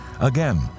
Again